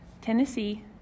Tennessee